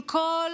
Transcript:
עם כל